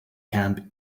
camp